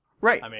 Right